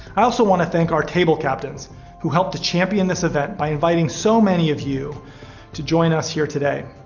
i also wanna thank our table captains who helped to champion this event by inviting so many of you to join us here today.